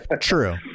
True